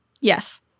Yes